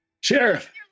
sheriff